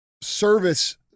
service